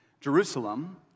Jerusalem